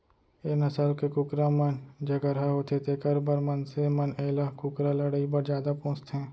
ए नसल के कुकरा मन झगरहा होथे तेकर बर मनसे मन एला कुकरा लड़ई बर जादा पोसथें